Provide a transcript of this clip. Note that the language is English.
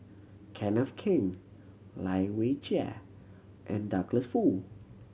Kenneth Keng Lai Weijie and Douglas Foo